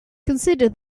consider